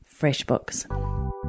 FreshBooks